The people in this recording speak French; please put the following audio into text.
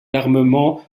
l’armement